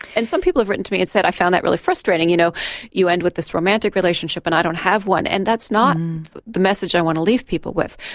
and some people have written to me and said i found that really frustrating, you know you end with this romantic relationship and i don't have one. and that's not the message i want to leave people with,